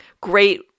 great